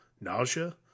nausea